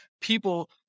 people